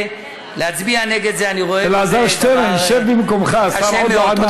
להצביע נגד זה, אני רואה בזה דבר קשה מאוד.